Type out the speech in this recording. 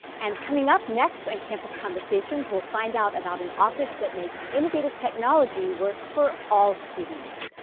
and coming up next on campus conversations, we'll find out about an office that makes innovative technology work for all students.